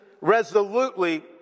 resolutely